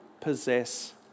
possess